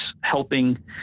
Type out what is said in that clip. helping